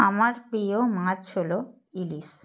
আমার প্রিয় মাছ হল ইলিশ